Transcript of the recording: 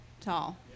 tall